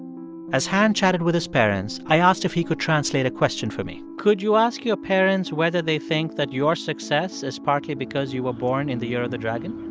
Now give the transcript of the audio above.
as han chatted with his parents, i asked if he could translate a question for me could you ask your parents whether they think that your success is partly because you were born in the year of the dragon?